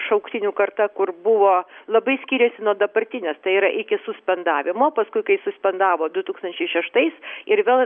šauktinių karta kur buvo labai skiriasi nuo dabartinės tai yra iki suspendavimo paskui kai suspendavo du tūkstančiai šeštais ir vėl